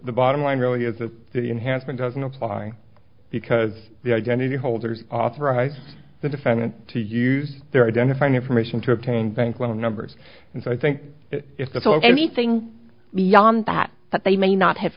the bottom line really is that the enhancement doesn't apply because the identity holders authorize the defendant to use their identifying information to obtain bank loan numbers and i think if that's ok anything beyond that that they may not have